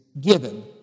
given